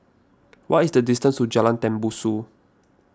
what is the distance to Jalan Tembusu